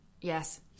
Yes